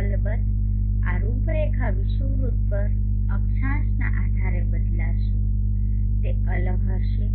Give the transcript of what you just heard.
અલબત્ત આ રૂપરેખા વિષુવવૃત્ત પર અક્ષાંશના આધારે બદલાશે તે અલગ હશે